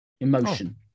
emotion